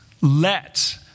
let